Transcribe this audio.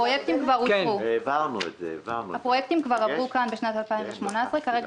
הפרויקטים כבר אושרו כאן בשנת 2018. כרגע